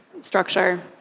structure